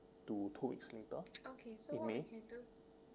to two weeks later in may